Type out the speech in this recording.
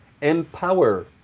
empower